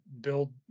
build